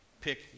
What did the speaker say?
pick